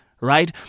right